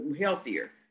healthier